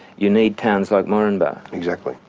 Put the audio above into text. you need towns like moranbah. exactly.